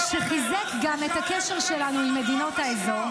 שגם אז היו באופוזיציה ונלחמו על כל מתווה הגז.